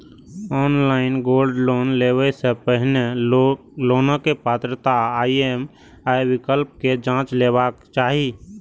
online gold loan लेबय सं पहिने लोनक पात्रता आ ई.एम.आई विकल्प कें जांचि लेबाक चाही